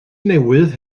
newydd